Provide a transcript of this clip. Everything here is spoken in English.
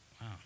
wow